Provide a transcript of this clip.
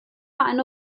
eine